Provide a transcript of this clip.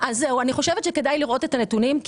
אני חושבת שכדאי לראות את הנתונים.